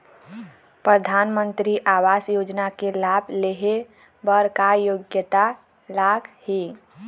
परधानमंतरी आवास योजना के लाभ ले हे बर का योग्यता लाग ही?